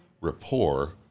rapport